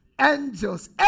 Angels